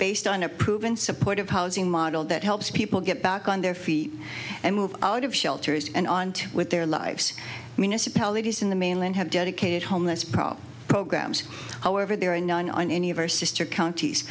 based on a proven supportive housing model that helps people get back on their feet and move out of shelters and onto with their lives municipalities in the mainland have dedicated homeless problem programs however there are none on any of our sister counties